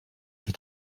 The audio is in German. hier